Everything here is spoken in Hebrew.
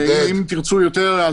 אם תרצו יותר,